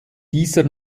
dieser